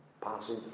passing